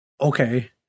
Okay